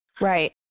right